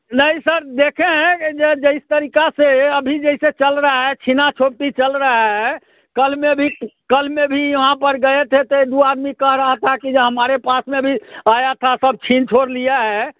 नहीं सर देखे हैं जिस तरीका से अभी जैसे चल रहा है छिना छोपटी चल रहा है कल में भी कल में भी वहाँ पर गए थे तो दो आदमी कह रहा था कि जो हमारे पास में भी आया था सब छिन छोर लिया है